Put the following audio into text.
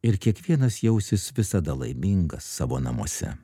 ir kiekvienas jausis visada laimingas savo namuose